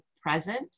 present